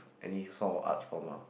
any sort of art form ah